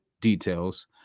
details